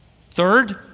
third